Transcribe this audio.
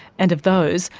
and of those,